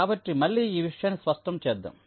కాబట్టి మళ్ళీ ఈ విషయాన్ని స్పష్టం చేద్దాం